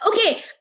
Okay